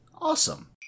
Awesome